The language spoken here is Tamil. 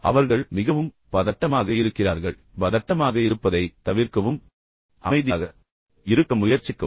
பின்னர் அவர்கள் மிகவும் பதட்டமாக இருக்கிறார்கள் அவர்கள் வியர்வை சிந்துகிறார்கள் எனவே பதட்டமாக இருப்பதைத் தவிர்க்கவும் எனவே அமைதியாக இருக்க முயற்சிக்கவும்